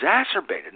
exacerbated